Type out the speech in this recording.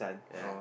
ya